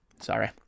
Sorry